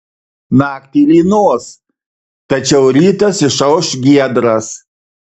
naktį lynos tačiau rytas išauš giedras